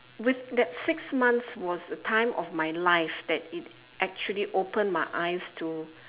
with that six months was the time of my life that it actually opened my eyes to